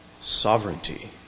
sovereignty